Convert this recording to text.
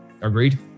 Agreed